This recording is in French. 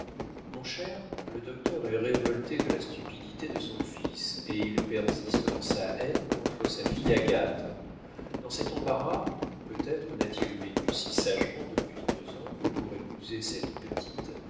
mon cher le docteur est révolté de la stupidité de son fils et il persiste dans sa haine contre sa fille agathe dans cet embarras peut-être n'a-t-il vécu si sagement depuis deux ans que pour épouser cette petite